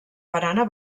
barana